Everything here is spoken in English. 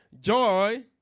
Joy